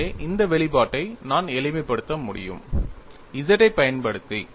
எனவே இந்த வெளிப்பாட்டை நான் எளிமைப்படுத்த முடியும் z ஐ பயன்படுத்தி